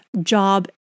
job